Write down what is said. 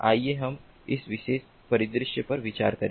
आइए हम इस विशेष परिदृश्य पर विचार करें